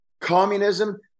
communism